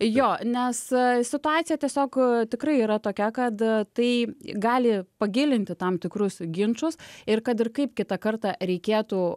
jo nes situacija tiesiog tikrai yra tokia kad tai gali pagilinti tam tikrus ginčus ir kad ir kaip kitą kartą reikėtų